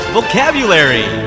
Vocabulary